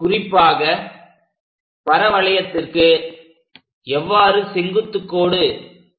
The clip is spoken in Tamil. குறிப்பாக பரவளையத்திற்கு எவ்வாறு செங்குத்துக்கோடு